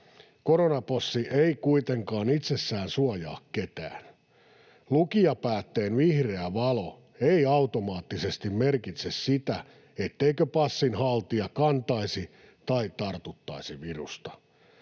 Koronapassi ei kuitenkaan itsessään suojaa ketään. Lukijapäätteen vihreä valo ei automaattisesti merkitse sitä, etteikö passin haltija kantaisi tai tartuttaisi virusta.